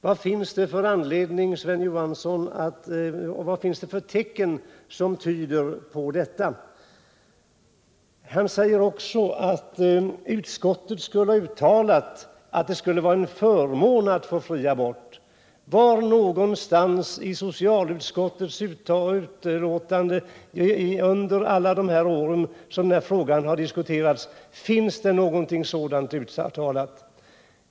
Vad finns det för tecken som tyder på detta? Han påstod också att utskottet uttalat att det skulle vara en förmån att få fri abort. Var kan man finna ett sådant uttalande i socialutskottets betänkanden under alla de år som denna fråga har diskuterats?